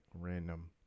random